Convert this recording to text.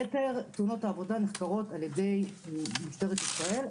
יתר תאונות העבודה נחקרות על ידי משטרת ישראל,